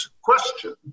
question